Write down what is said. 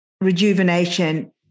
rejuvenation